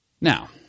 Now